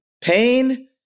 Pain